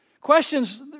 Questions